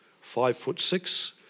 five-foot-six